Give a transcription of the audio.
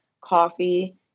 coffee